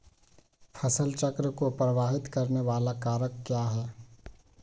फसल चक्र को प्रभावित करने वाले कारक क्या है?